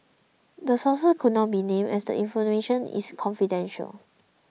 the sources could not be named as the information is confidential